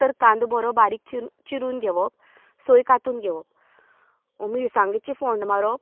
तर कांदो बरो बारीक चिर चिरून घेवप सोय कांतून घेवप मिरसांगेची फोण्ण मारप